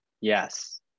Yes